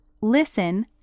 Listen